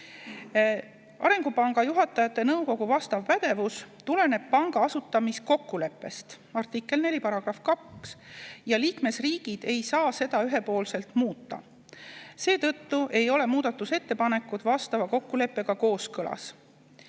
Arengupanga juhatajate nõukogu vastav pädevus tuleneb panga asutamiskokkuleppest – artikkel 4, § 2 – ja liikmesriigid ei saa seda ühepoolselt muuta. Seetõttu ei ole muudatusettepanekud vastava kokkuleppega kooskõlas.